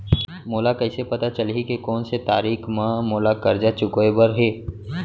मोला कइसे पता चलही के कोन से तारीक म मोला करजा चुकोय बर हे?